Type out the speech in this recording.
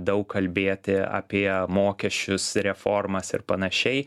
daug kalbėti apie mokesčius reformas ir panašiai